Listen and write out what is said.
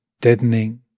deadening